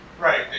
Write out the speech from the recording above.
Right